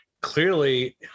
clearly